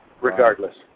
regardless